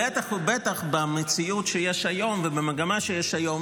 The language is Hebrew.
בטח ובטח במציאות שיש היום ובמגמה שיש היום